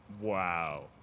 Wow